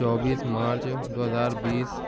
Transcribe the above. چوبیس مارچ دو ہزار بیس